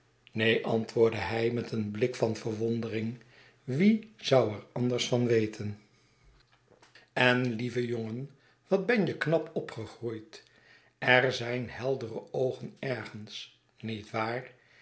neen antwoordde hij met een blik van verwondering wie zou er anders van weten en lieve jongen wat ben je knap opgegroeid er zijn heldere oogen ergens niet waar